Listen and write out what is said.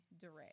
direct